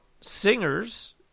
singers